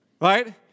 Right